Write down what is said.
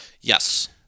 Yes